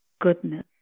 goodness